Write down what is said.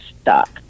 stuck